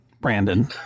Brandon